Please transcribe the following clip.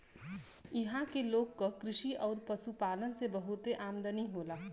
इहां के लोग क कृषि आउर पशुपालन से बहुत आमदनी होला